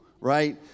right